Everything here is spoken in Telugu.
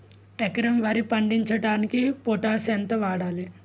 ఎకరం వరి పండించటానికి పొటాష్ ఎంత వాడాలి?